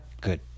Good